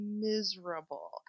miserable